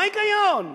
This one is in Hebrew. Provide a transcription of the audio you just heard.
מה ההיגיון?